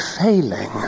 failing